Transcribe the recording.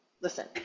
Listen